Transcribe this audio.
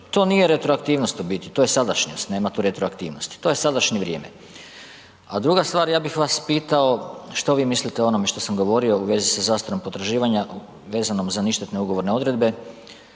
to nije retroaktivnost u biti, to je sadašnjost, nema tu retroaktivnosti, to je sadašnje vrijeme. A druga stvar, ja bih vas pitao što vi mislite o onome što sam govorio u vezi sa zastarom potraživanja vezanom za ništetne ugovorne odredbe,